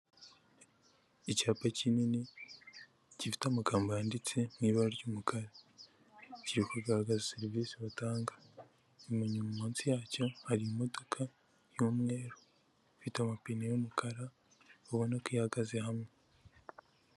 Icyapa kinini, gifite amagambo yanditse mu ibara ry'umukara, kiri kugaragaza serivisi batanga, inyuma munsi yacyo, hari imodoka y'umweru, ifite amapine y'umukara, ubona ko ihagaze hamwe.